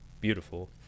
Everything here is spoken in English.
beautiful